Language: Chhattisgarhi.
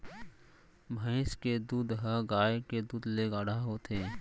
भईंस के दूद ह गाय के दूद ले गाढ़ा होथे